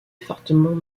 fortement